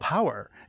power